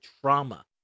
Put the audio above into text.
trauma